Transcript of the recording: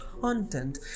content